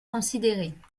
considérées